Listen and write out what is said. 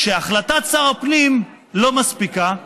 שהחלטת שר הפנים לא מספיקה,